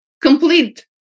complete